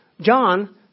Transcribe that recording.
John